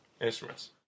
instruments